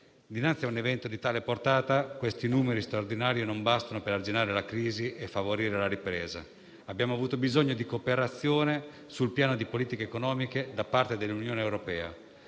Dinanzi a un evento di tale portata, però, questi numeri straordinari non bastano per arginare la crisi e favorire la ripresa. Abbiamo avuto bisogno di cooperazione sul piano di politiche economiche da parte dell'Unione europea.